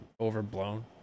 overblown